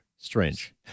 Strange